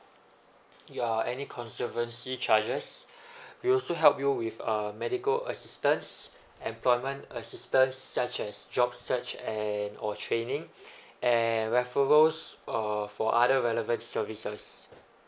your any conservancy charges we also help you with um medical assistance employment assistance such as jobs such and or training and referrals for other relevant services